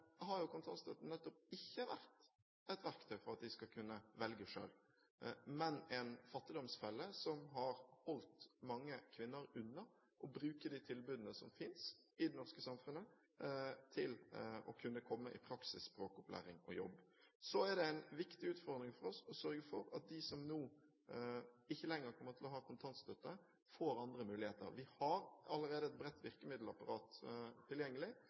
har kontantstøtten nettopp ikke vært et verktøy for å kunne velge selv, men en fattigdomsfelle som har holdt mange kvinner unna å bruke de tilbudene som finnes i det norske samfunnet, til å få praksis i språkopplæring og jobb. Så er det en viktig utfordring for oss å sørge for at de som ikke lenger kommer til å ha kontantstøtte, får andre muligheter. Vi har allerede et bredt virkemiddelapparat tilgjengelig,